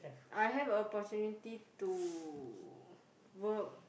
I have opportunity to work